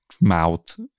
mouth